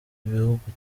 ibihugu